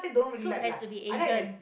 soup has to be Asian